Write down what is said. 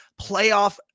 playoff